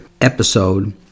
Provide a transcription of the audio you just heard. episode